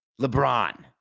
LeBron